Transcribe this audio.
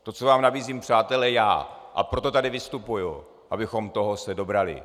Toto vám nabízím, přátelé, já, a proto tady vystupuji, abychom se toho dobrali.